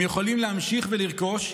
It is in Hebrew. הם יכולים להמשיך ולרכוש.